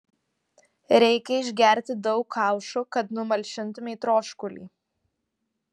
reikia išgerti daug kaušų kad numalšintumei troškulį